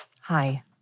Hi